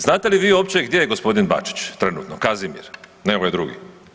Znate li vi uopće gdje je gospodin Bačić trenutno Kazimir ne ovaj drugi?